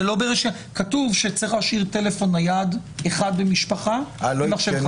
כתוב שצריך להשאיר טלפון נייד אחד במשפחה ומחשב אחד.